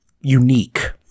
unique